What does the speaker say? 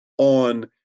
on